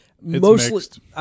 mostly